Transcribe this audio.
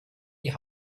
die